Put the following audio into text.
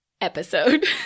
episode